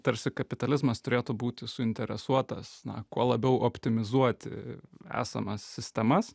tarsi kapitalizmas turėtų būti suinteresuotas na kuo labiau optimizuoti esamas sistemas